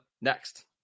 next